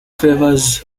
favors